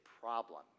problem